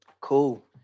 Cool